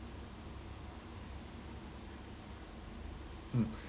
mm